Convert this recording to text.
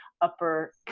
upper